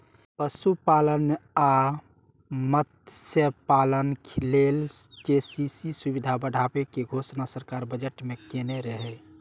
पशुपालन आ मत्स्यपालन लेल के.सी.सी सुविधा बढ़ाबै के घोषणा सरकार बजट मे केने रहै